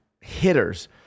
hitters